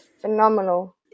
phenomenal